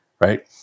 Right